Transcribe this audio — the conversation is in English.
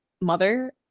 mother